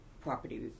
property